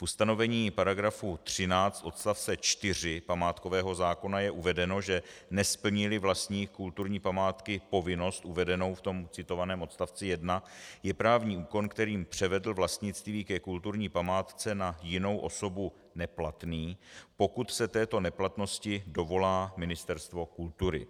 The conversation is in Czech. V ustanovení § 13 odst. 4 památkového zákona je uvedeno, že nesplníli vlastník kulturní památky povinnost uvedenou v citovaném odstavci 1, je právní úkon, kterým převedl vlastnictví ke kulturní památce na jinou osobu, neplatný, pokud se této neplatnosti dovolá Ministerstvo kultury.